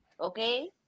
okay